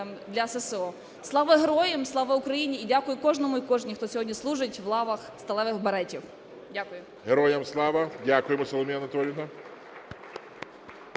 Слава Героям! Слава Україні! І дякую кожному і кожній хто сьогодні служить в лавах сталевих беретів. Дякую. ГОЛОВУЮЧИЙ. Героям Слава! Дякуємо, Соломія Анатоліївна.